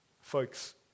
Folks